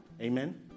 Amen